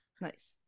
Nice